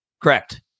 Correct